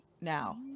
now